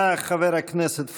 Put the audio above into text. תודה לחבר הכנסת פורר.